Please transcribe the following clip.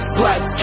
black